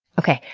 okay,